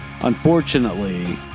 Unfortunately